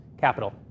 capital